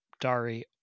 Dari